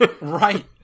right